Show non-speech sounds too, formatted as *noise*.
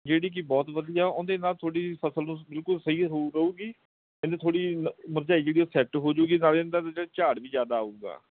ਜਿਹੜੀ ਕਿ ਬਹੁਤ ਵਧੀਆ ਉਹਦੇ ਨਾਲ ਤੁਹਾਡੀ ਫਸਲ ਨੂੰ ਬਿਲਕੁਲ ਸਹੀ ਹੋਊ ਰਹੇਗੀ *unintelligible* ਥੋੜ੍ਹੀ ਮੁਰਝਾਈ ਜਿਹੜੀ ਉਹ ਸੈਟ ਹੋ ਜਾਵੇਗੀ ਨਾਲੇ ਇਹਨਾਂ ਦਾ ਜਿਹੜਾ ਝਾੜ ਵੀ ਜ਼ਿਆਦਾ ਆਵੇਗਾ